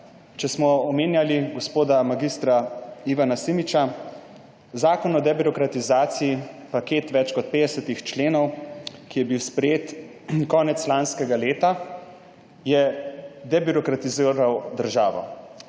Če smo omenjali gospoda mag. Ivana Simiča, Zakon o debirokratizaciji – paket več kot 50 členov, ki je bil sprejet konec lanskega leta, je debirokratiziral državo.